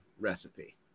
recipe